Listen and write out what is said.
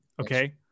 Okay